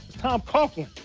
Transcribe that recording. tom coughlin.